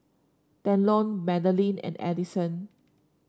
Delton Magdalene and Addison